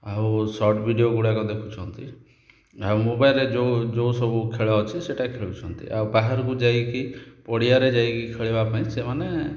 ଆଉ short video ଗୁଡ଼ାକ ଦେଖୁଛନ୍ତି ଆଉ ମୋବାଇଲରେ ଯେଉଁ ଯେଉଁ ସବୁ ଖେଳ ଅଛି ସେଟା ଖେଳୁଛନ୍ତି ଆଉ ବାହାରୁକୁ ଯାଇକି ପଡ଼ିଆରେ ଯାଇକି ଖେଳିବା ପାଇଁ ଯାଇ ସେମାନେ